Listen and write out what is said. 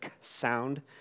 sound